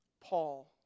Paul